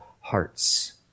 hearts